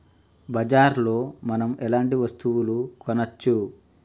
బజార్ లో మనం ఎలాంటి వస్తువులు కొనచ్చు?